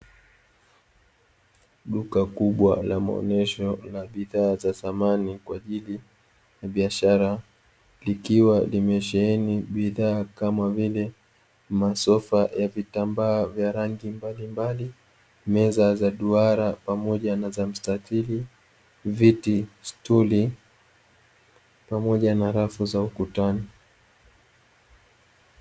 Duka kubwa la maonyesho lina bidhaa za samani, kwa ajili ya biashara likiwa limesheheni bidhaa kama vile; masofa ya vitambaa vya rangi mbalimbali, meza za duara pamoja na za msitatiri, viti, stuli pamoja na rafu za ukutani.